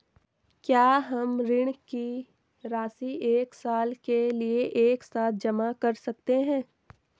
क्या हम ऋण की राशि एक साल के लिए एक साथ जमा कर सकते हैं?